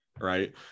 Right